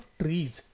trees